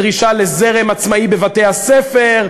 דרישה לזרם עצמאי בבתי-הספר,